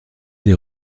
des